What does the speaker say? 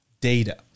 data